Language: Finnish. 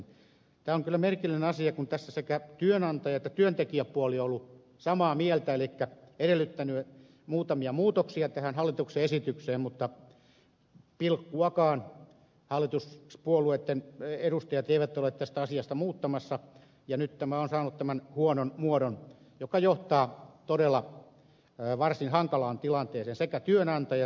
tämä on kyllä merkillinen asia kun tässä sekä työnantaja että työntekijäpuoli ovat olleet samaa mieltä eli edellyttäneet muutamia muutoksia tähän hallituksen esitykseen mutta pilkkuakaan hallituspuolueitten edustajat eivät ole tästä asiasta muuttamassa ja nyt tämä on saanut tämän huonon muodon joka johtaa todella varsin hankalaan tilanteeseen sekä työnantajat että työntekijät